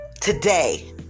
Today